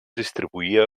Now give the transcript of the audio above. distribuïa